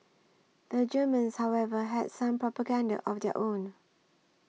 the Germans however had some propaganda of their own